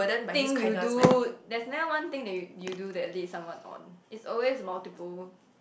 thing you do there's never one thing that you you do that lead someone on it's always multiple